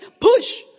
Push